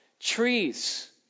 trees